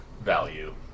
value